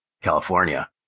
California